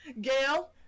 Gail